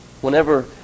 whenever